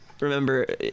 remember